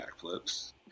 backflips